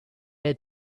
had